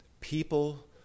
people